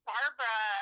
Barbara